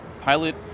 Pilot